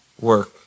work